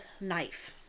knife